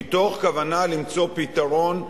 מתוך כוונה למצוא פתרון,